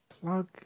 plug